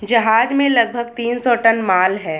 जहाज में लगभग तीन सौ टन माल है